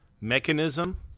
mechanism